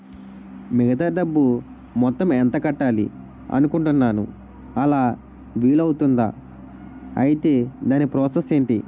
మిగతా డబ్బు మొత్తం ఎంత కట్టాలి అనుకుంటున్నాను అలా వీలు అవ్తుంధా? ఐటీ దాని ప్రాసెస్ ఎంటి?